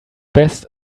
best